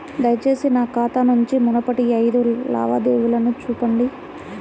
దయచేసి నా ఖాతా నుండి మునుపటి ఐదు లావాదేవీలను చూపండి